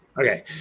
Okay